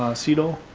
siedel